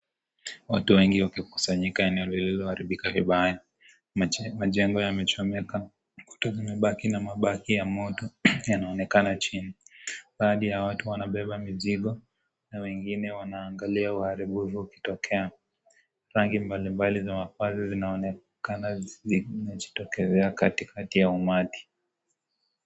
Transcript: Watu wengi wakikusanyika eneo lililo haribika vibaya, majengo yamechomeka imebaki na mabaki ya moto, yanaonekana chini, baadhi ya watu wanabeba mizigo, na wengine wanaangalia uharibifu ulio tokea, rangi mbali mbali za mavazi zinaonekana zinajitokezea kati kati ya umati.